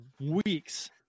weeks